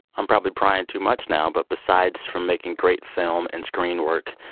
i'm probably prying too much now, but besides from making great film and screen work,